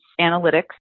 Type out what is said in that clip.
analytics